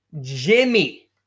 Jimmy